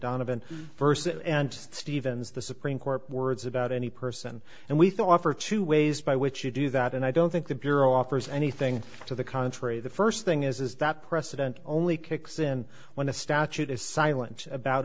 donovan first and stevens the supreme court words about any person and we thought for two ways by which you do that and i don't think the bureau offers anything to the contrary the first thing is that precedent only kicks in when the statute is silent about